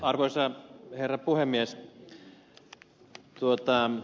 arvoisa herra puhemies